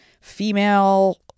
female